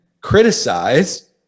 criticize